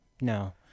No